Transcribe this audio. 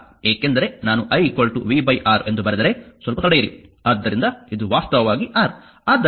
ಏಕೆಂದರೆ ನಾನು i vR ಎಂದು ಬರೆದರೆ ಸ್ವಲ್ಪ ತಡೆಯಿರಿ ಆದ್ದರಿಂದ ಇದು ವಾಸ್ತವವಾಗಿ R ಆದ್ದರಿಂದ i ಈಗ ಬರೆಯಬಹುದು